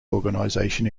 organization